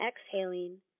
exhaling